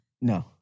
No